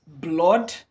blood